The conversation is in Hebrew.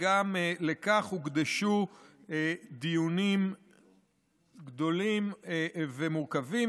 וגם לכך הוקדשו דיונים גדולים ומורכבים.